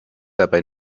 dabei